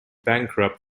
bankrupt